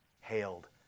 hailed